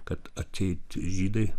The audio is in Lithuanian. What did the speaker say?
kad atseit žydai